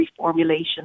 reformulation